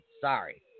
Sorry